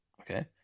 Okay